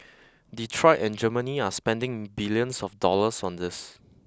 Detroit and Germany are spending billions of dollars on this